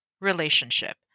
relationship